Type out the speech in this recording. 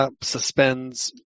suspends